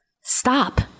stop